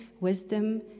wisdom